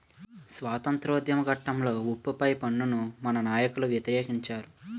స్వాతంత్రోద్యమ ఘట్టంలో ఉప్పు పై పన్నును మన నాయకులు వ్యతిరేకించారు